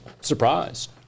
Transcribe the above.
surprised